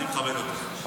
אני מכבד אותך.